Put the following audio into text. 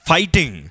Fighting